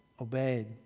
obeyed